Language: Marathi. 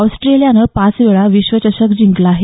ऑस्ट्रेलियानं पाच वेळा विश्वचषक जिंकला आहे